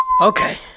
Okay